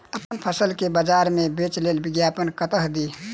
अप्पन फसल केँ बजार मे बेच लेल विज्ञापन कतह दी?